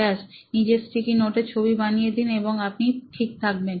ব্যস নিজের স্টিকি নোটে ছবি বানিয়ে দিন এবং আপনি ঠিক থাকবেন